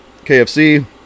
KFC